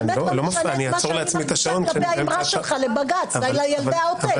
לא משנה מה אני מרגישה כלפי אמרתך לבג"ץ על ילדי העוטף.